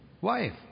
wife